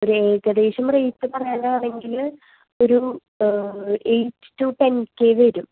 ഒരു ഏകദേശം റേറ്റ് പറയാനാണെങ്കിൽ ഒരു എയ്റ്റ് ടു ടെൻ കെ വരും